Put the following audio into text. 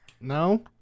no